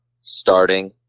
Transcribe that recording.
starting